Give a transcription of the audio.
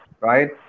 right